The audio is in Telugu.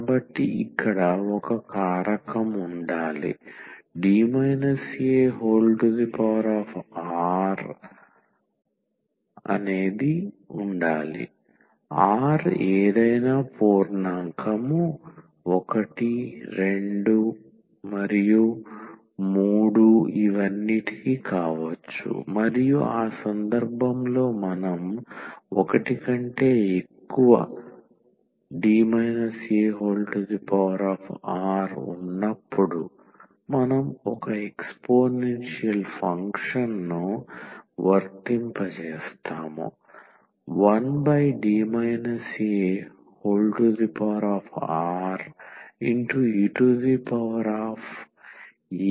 కాబట్టి ఇక్కడ ఒక కారకం ఉండాలి D ar r ఏదైనా పూర్ణాంకం 1 2 3 మరియు మొదలైనవి కావచ్చు మరియు ఆ సందర్భంలో మనం 1 కంటే ఎక్కువ D ar ఉన్నప్పుడు మనం ఒక ఎక్స్పోనెన్షియల్ ఫంక్షన్ను వర్తింపజేస్తాము 1D areaxxrr